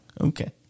Okay